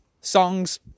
songs